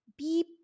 beep